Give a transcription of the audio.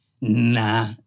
Nah